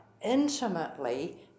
intimately